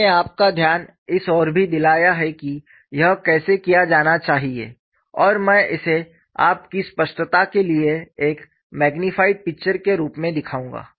मैंने आपका ध्यान इस ओर भी दिलाया है कि यह कैसे किया जाना चाहिए और मैं इसे आपकी स्पष्टता के लिए एक मैग्नीफाइड पिक्चर के रूप में दिखाऊंगा